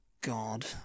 god